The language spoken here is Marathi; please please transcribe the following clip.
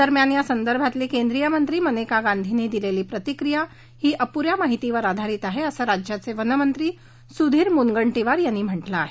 दरम्यान या संदर्भातली केंद्रिय मंत्री मनेका गांधींनी दिलेली प्रतिक्रिया ही अपुऱ्या माहितीवर आधारित आहे असं राज्याचे वनमंत्री सुधीर मुनगंटीवार यांनी म्हटलं आहे